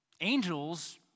Angels